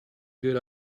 good